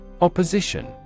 Opposition